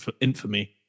infamy